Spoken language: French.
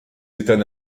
états